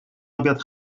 obiad